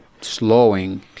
slowing